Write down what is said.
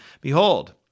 Behold